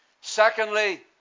Secondly